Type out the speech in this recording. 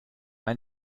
ein